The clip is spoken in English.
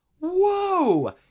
whoa